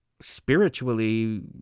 spiritually